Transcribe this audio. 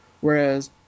Whereas